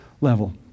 level